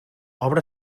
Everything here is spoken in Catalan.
obra